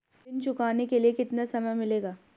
ऋण चुकाने के लिए कितना समय मिलेगा?